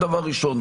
זה דבר ראשון.